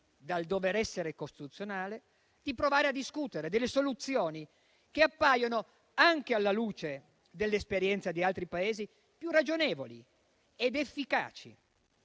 dal dover essere costituzionale, di provare a discutere delle soluzioni che appaiono, anche alla luce dell'esperienza di altri Paesi, più ragionevoli ed efficaci